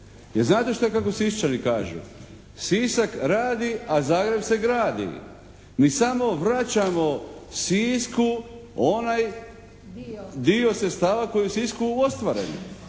znate kako Siščani kažu? Sisak radi, a Zagreb se gradi. Mi samo vraćamo Sisku onaj dio sredstava koji je u Sisku ostvaren.